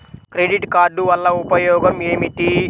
Credit card వల్ల ఉపయోగం ఏమిటీ?